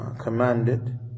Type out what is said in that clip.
commanded